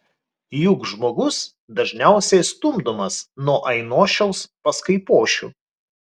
juk žmogus dažniausiai stumdomas nuo ainošiaus pas kaipošių